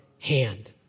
hand